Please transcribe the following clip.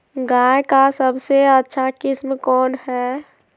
गाय का सबसे अच्छा किस्म कौन हैं?